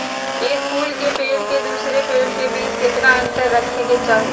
एक फुल के पेड़ के दूसरे पेड़ के बीज केतना अंतर रखके चाहि?